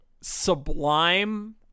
sublime